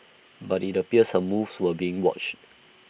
but IT appears her moves were being watched